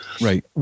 Right